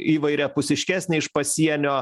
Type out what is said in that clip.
įvairiapusiškesnei iš pasienio